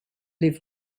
live